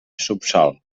subsòl